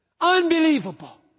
Unbelievable